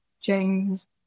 James